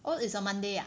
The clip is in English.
oh is on Monday ah